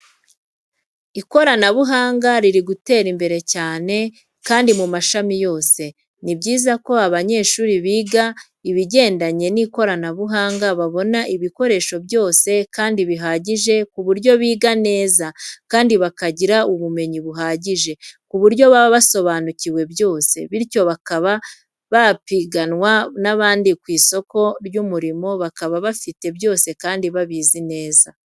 Ikoranabuhanga riri gutera imbere cyane kandi mu mashami yose. Ni byiza ko abanyeshuri biga ibigendanye n'ikoranabuhanga babona ibikoresho byose kandi bihagije ku buryo biga neza kandi bakagira ubumenyi buhagije ku buryo baba basobanukiwe byose, bityo bakaba bapiganwa n'abandi ku isoko ry'umurimo bakaba bafite byose kandi babizi neza.